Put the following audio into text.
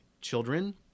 children